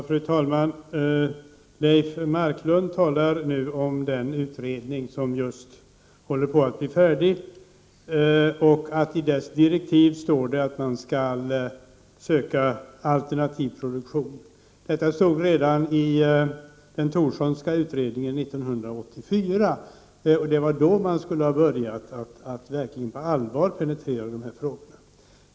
Fru talman! Leif Marklund talar om den utredning som just håller på att bli färdig och att det står i dess direktiv att den skall undersöka möjligheterna att övergå till alternativ produktion. Detta stod redan i den Thorssonska utredningen 1984, och det var då man borde ha börjat att verkligen på allvar penetrera de här frågorna.